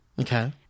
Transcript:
Okay